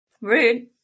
rude